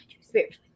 spiritually